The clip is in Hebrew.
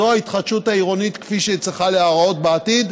זאת ההתחדשות העירונית כפי שהיא צריכה להיראות בעתיד.